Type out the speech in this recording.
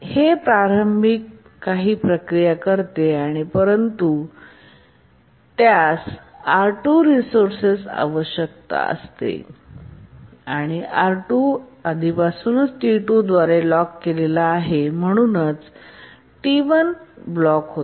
हे प्रारंभी काही प्रक्रिया करते परंतु नंतर त्यास R2 रिसोर्सेस आवश्यकता असते आणि R2 आधीपासूनच T2 द्वारे लॉक केलेला आहे आणि म्हणूनच T1 ब्लॉक होते